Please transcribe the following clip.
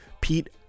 Pete